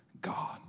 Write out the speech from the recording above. God